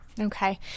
Okay